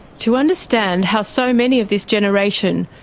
to understand how so many of this generation,